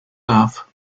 darf